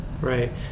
right